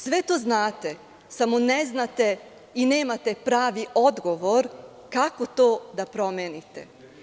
Sve to znate, samo ne znate i nemate pravi odgovor – kako to da promenite?